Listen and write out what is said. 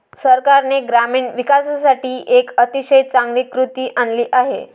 सरकारने ग्रामीण विकासासाठी एक अतिशय चांगली कृती आणली आहे